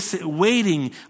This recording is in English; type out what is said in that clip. waiting